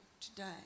today